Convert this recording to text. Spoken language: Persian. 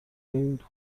این